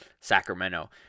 Sacramento